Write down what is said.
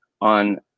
on